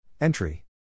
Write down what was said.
Entry